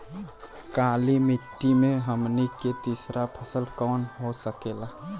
काली मिट्टी में हमनी के तीसरा फसल कवन हो सकेला?